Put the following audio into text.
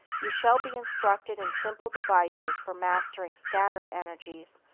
you shall be instructed in simple devices for mastering scattered energies,